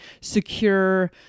secure